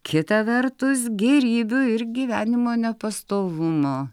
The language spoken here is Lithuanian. kita vertus gėrybių ir gyvenimo nepastovumo